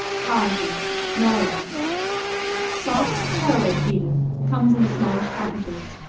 karvi norway soft caraway-seeded comes in smallish packages.